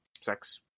sex